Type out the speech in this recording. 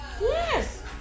Yes